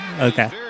okay